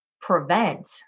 prevent